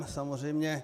Samozřejmě.